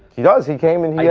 he does. he came in,